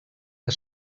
que